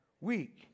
week